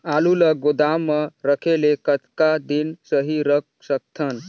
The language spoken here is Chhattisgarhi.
आलू ल गोदाम म रखे ले कतका दिन सही रख सकथन?